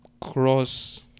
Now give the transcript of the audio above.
cross